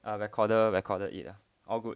uh recorder recorded it all good